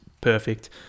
perfect